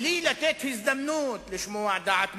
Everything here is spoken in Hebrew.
בלי לתת הזדמנות לשמוע דעת מומחים,